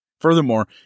Furthermore